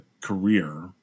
career